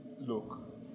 Look